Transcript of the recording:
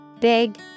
Big